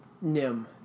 nim